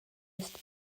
missed